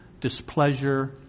displeasure